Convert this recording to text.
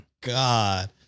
God